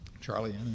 Charlie